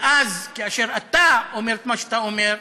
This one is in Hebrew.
ואז, כאשר אתה אומר את מה שאתה אומר,